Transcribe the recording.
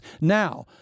Now